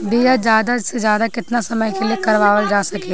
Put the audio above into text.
बीमा ज्यादा से ज्यादा केतना समय के लिए करवायल जा सकेला?